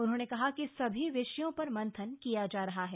उन्होंने कहा कि सभी विषयों पर मंथन किया जा रहा है